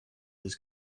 his